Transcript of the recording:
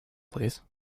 please